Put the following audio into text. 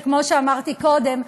וכמו שאמרתי קודם,